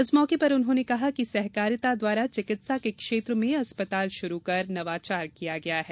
इस मौके पर उन्होंने कहा कि सहकारिता द्वारा चिकित्सा के क्षेत्र में अस्पताल शुरू कर नवाचार किया गया है